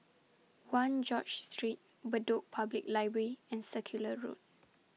one George Street Bedok Public Library and Circular Road